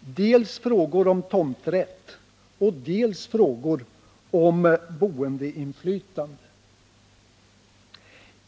dels frågor om tomträtt, dels frågor om boendeinflytande.